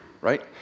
right